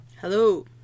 Hello